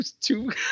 two